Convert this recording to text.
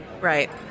Right